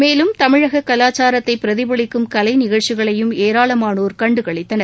மேலும் தமிழக கலாச்சாரத்தை பிரதிபலிக்கும் கலை நிகழ்ச்சிகளையும் ஏராளமானோர் கண்டு களித்தனர்